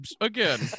again